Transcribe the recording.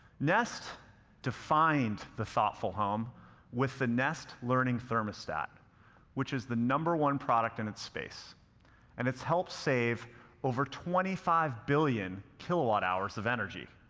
nest defined the thoughtful home with the nest learning thermostat which is the number one product in its space and it's helped save over twenty five billion kilowatt hours of energy.